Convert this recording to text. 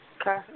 Okay